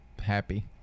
happy